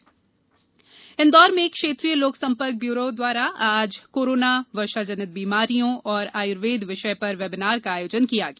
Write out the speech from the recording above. webinar Indore में क्षेत्रीय लोकसंपर्क ब्यूरो द्वारा आज कोरोना वर्षा जनित बीमारियां और आयुर्वेद विषय पर वेबिनार का आयोजन किया गया